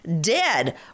dead